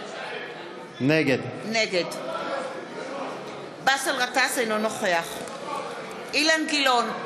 נגד באסל גטאס, אינו נוכח אילן גילאון,